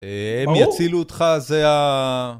הם יצילו אותך זה ה...